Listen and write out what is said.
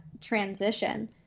transition